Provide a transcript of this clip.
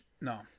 No